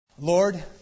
Lord